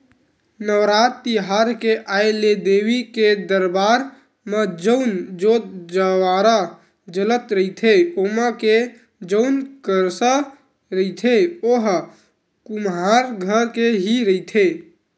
नवरात तिहार के आय ले देवी के दरबार म जउन जोंत जंवारा जलत रहिथे ओमा के जउन करसा रहिथे ओहा कुम्हार घर के ही रहिथे